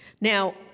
Now